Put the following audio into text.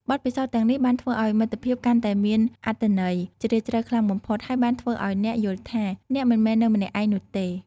បទពិសោធន៍ទាំងនេះបានធ្វើឱ្យមិត្តភាពកាន់តែមានអត្ថន័យជ្រាលជ្រៅខ្លាំងបំផុត ហើយបានធ្វើឱ្យអ្នកយល់ថា អ្នកមិនមែននៅម្នាក់ឯងនោះទេ។